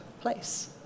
place